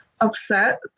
upset